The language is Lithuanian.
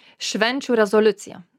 švenčių rezoliuciją